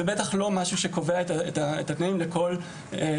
זה בטח לא מה שקובע את התנאים לכל שאר